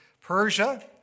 Persia